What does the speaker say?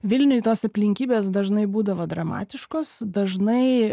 vilniuj tos aplinkybės dažnai būdavo dramatiškos dažnai